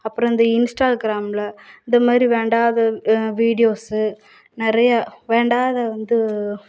அப்புறம் இந்த இன்ஸ்டாக்ராமில் இந்த மாதிரி வேண்டாத வீடியோஸ்ஸு நிறைய வேண்டாத வந்து